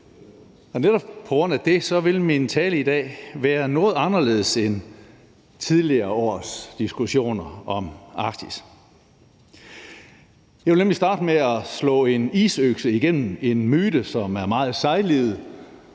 Netop på grund af det vil min tale i dag være noget anderledes end mine taler under tidligere års diskussioner om Arktis. Jeg vil nemlig starte med at slå en isøkse igennem en myte, som er meget sejlivet,